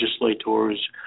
legislators